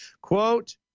Quote